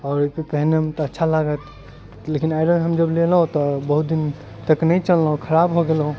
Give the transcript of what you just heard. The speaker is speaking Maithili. आओर पहिरैमे तऽ अच्छा लागत लेकिन आयरन जब हम लेलहुँ तऽ बहुत दिन तक नहि चललौ खराब भऽ गेलहु